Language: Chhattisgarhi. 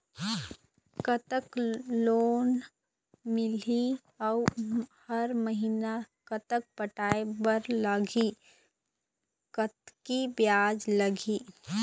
कतक लोन मिलही अऊ हर महीना कतक पटाए बर लगही, कतकी ब्याज लगही?